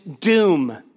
doom